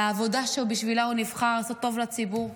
לעבודה שבשבילה הוא נבחר לעשות טוב לציבור?